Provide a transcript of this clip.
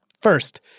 first